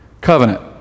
covenant